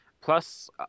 plus